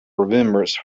remembrance